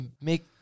make